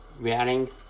wearing